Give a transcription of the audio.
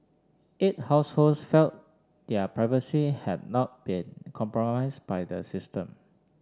eight households felt their privacy had not been compromised by the system